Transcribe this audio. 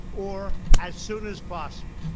or as soon as possible.